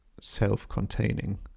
self-containing